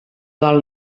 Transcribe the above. del